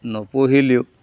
নপঢ়িলেও